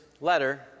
letter